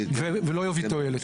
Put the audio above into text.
ולא יביא תועלת.